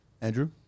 Andrew